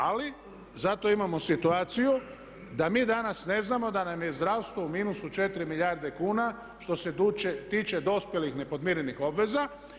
Ali zato imamo situaciju da mi danas ne znamo da nam je zdravstvo u minusu 4 milijarde kuna što se tiče dospjelih nepodmirenih obveza.